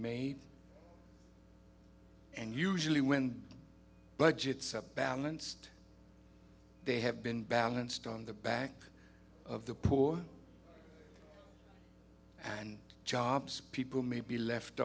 made and usually when budgets up balanced they have been balanced on the back of the poor and jobs people maybe left